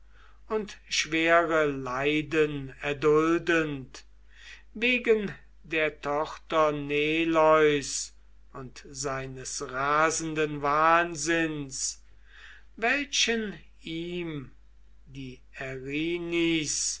und schwere leiden erduldend wegen der tochter neleus und seines rasenden wahnsinns welchen ihm die